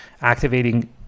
activating